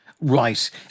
Right